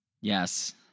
Yes